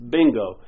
Bingo